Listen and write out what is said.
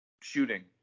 shooting